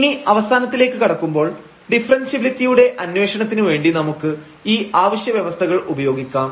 ഇനി അവസാനത്തിലേക്ക് കടക്കുമ്പോൾ ഡിഫറെൻഷ്യബിലിറ്റിയുടെ അന്വേഷണത്തിന് വേണ്ടി നമുക്ക് ഈ അവശ്യ വ്യവസ്ഥകൾ ഉപയോഗിക്കാം